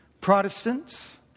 Protestants